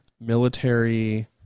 military